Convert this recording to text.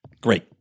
Great